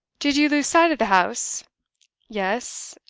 did you lose sight of the house yes!